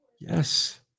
Yes